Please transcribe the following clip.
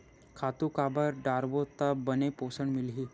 खातु काबर डारबो त बने पोषण मिलही?